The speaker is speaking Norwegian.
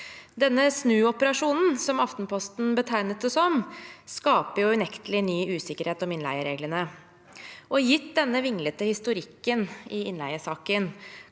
Denne «snuoperasjonen», som Aftenposten betegnet det som, skaper unektelig ny usikkerhet om innleiereglene. Gitt denne vinglete historikken i innleiesaken,